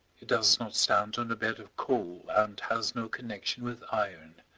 it does not stand on a bed of coal and has no connection with iron.